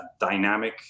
dynamic